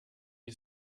ich